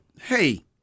hey